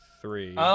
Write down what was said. Three